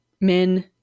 men